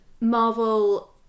Marvel